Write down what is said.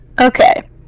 Okay